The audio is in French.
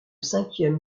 cinquième